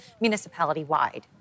municipality-wide